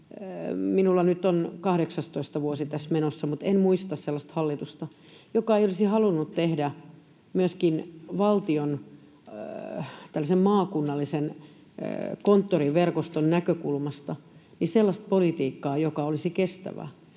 mutta en muista aikaisemmilta hallituskausilta sellaista hallitusta, joka ei olisi halunnut tehdä myöskin valtion maakunnallisen konttoriverkoston näkökulmasta sellaista politiikkaa, joka olisi kestävää.